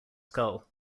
skull